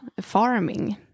farming